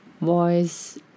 voice